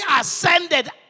ascended